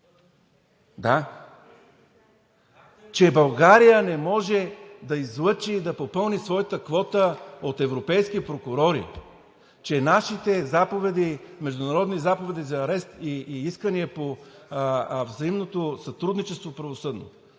Да, че България не може да излъчи и да попълни своята квота от европейски прокурори, че нашите международни заповеди за арест и искания по взаимното правосъдно